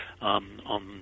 on